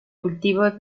cultivo